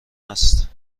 است